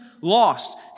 lost